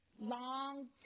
long